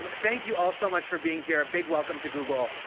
um thank you all so much for being here. a big welcome to google.